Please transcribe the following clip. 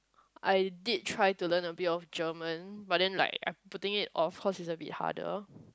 I did try to learn a bit of German but then like putting it off cause it's a bit harder